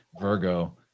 Virgo